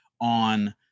on